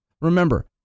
remember